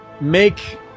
make